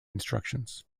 instructions